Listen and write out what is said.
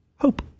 hope